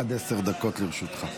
עד עשר דקות לרשותך.